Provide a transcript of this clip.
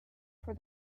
for